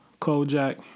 Kojak